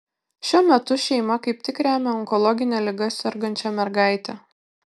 šiuo metu šeima kaip tik remia onkologine liga sergančią mergaitę